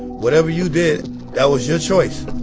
whatever you did that was your choice.